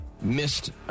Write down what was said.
missed